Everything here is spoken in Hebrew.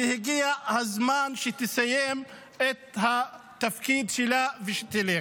והגיע הזמן שהיא תסיים את התפקיד שלה ותלך.